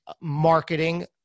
marketing